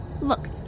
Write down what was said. Look